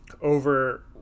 over